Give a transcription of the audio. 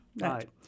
Right